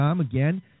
again